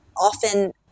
often